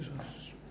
Jesus